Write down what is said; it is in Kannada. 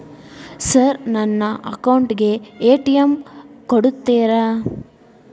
ಸರ್ ನನ್ನ ಅಕೌಂಟ್ ಗೆ ಎ.ಟಿ.ಎಂ ಕೊಡುತ್ತೇರಾ?